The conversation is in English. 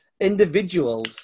individuals